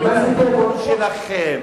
מה זה "התיאבון שלכם"?